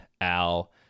Al